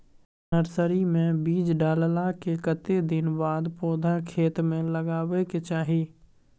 Nursery मे बीज डाललाक कतेक दिन के बाद पौधा खेत मे लगाबैक चाही?